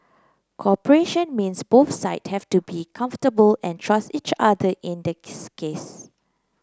cooperation means both side have to be comfortable and trust each other in this case